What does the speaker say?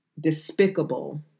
despicable